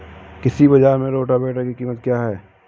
कृषि बाजार में रोटावेटर की कीमत क्या है?